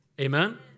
Amen